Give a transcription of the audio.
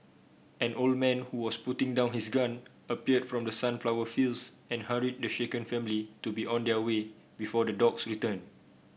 an old man who was putting down his gun appeared from the sunflower fields and hurried the shaken family to be on their way before the dogs return